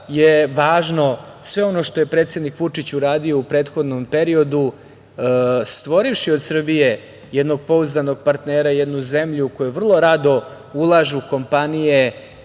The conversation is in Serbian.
je važno sve ono što je predsednik Vučić uradio u prethodnom periodu stvorivši od Srbije jednog pouzdanog partnera i jednu zemlju u koju vrlo rado ulažu kompanije